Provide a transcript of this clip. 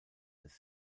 des